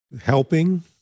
helping